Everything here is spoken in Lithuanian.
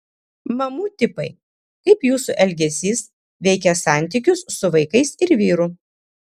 mamų tipai kaip jūsų elgesys veikia santykius su vaikais ir vyru